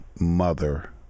mother